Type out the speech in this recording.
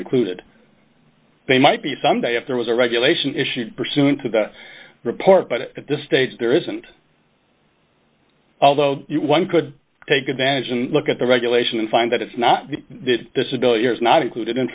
included they might be someday if there was a regulation issued soon to report but at this stage there isn't although one could take advantage and look at the regulation and find that it's not a disability or is not included in